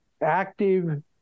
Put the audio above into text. active